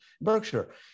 Berkshire